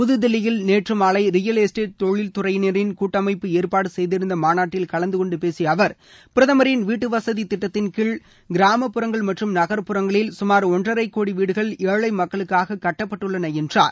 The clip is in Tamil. புதுதில்லியில் நேற்று மாலை ரியல் எஸ்டேட் தொழில்துறையினரின் கூட்டமைப்பு ஏற்பாடு செய்திருந்த மாநாட்டில் கலந்துகொண்டு பேசிய அவர் பிரதமரின் வீட்டுவசதி திட்டத்தின் கீழ் கிராமப்புறங்கள் மற்றும் நகர்ப்புறங்களில் சுமார் ஒன்றரை கோடி வீடுகள் ஏழை மக்களுக்காக கட்டப்பட்டுள்ளன என்றார்